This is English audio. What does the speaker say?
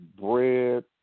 bread